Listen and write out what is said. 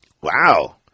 Wow